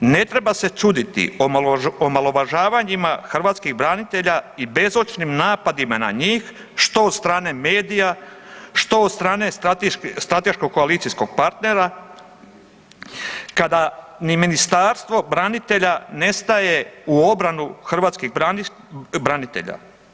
Ne treba se čuditi omalovažavanjima hrvatskih branitelja i bezočnim napadima na njih što od strane medija, što od strane strateškog koalicijskog partnera kada ni Ministarstvo branitelja ne staje u obranu hrvatskih branitelja.